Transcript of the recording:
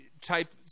type